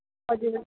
हजुर